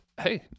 Hey